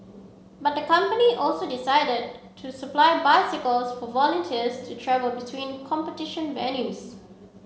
but the company also decided to supply bicycles for volunteers to travel between competition venues